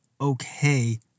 okay